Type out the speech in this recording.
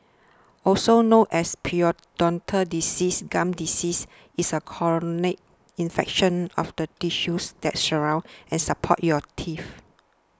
also known as periodontal disease gum disease is a chronic infection of the tissues that surround and support your teeth